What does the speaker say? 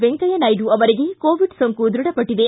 ವೆಂಕಯ್ತ ನಾಯ್ತು ಅವರಿಗೆ ಕೋವಿಡ್ ಸೋಂಕು ದೃಢಪಟ್ಟಿದೆ